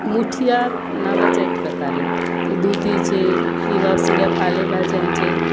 मुठीया नावाचा एक प्रकार आहे ते दुधीचे किंवा सगळ्या पालेभाज्यांचे